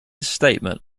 statement